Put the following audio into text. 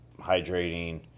hydrating